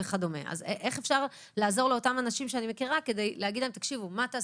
איך אפשר לעזור לאותם אנשים כדי להגיד להם מה לעשות?